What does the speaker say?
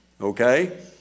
Okay